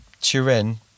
Turin